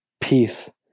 peace